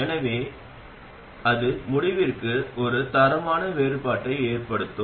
எனவே அது முடிவிற்கு ஒரு தரமான வேறுபாட்டை ஏற்படுத்தும்